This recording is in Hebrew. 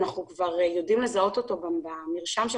אנחנו כבר יודעים לזהות אותו גם במרשם של